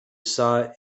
saw